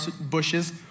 bushes